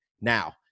Now